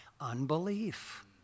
unbelief